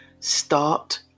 Start